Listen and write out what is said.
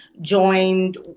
joined